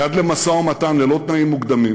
יד למשא-ומתן ללא תנאים מוקדמים.